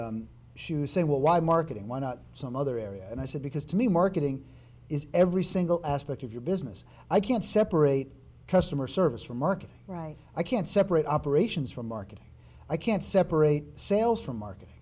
she was saying well why marketing why not some other area and i said because to me marketing is every single aspect of your business i can't separate customer service from market right i can't separate operations from marketing i can't separate sales for marketing